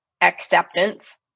acceptance